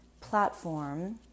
platform